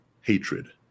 hatred